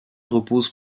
repose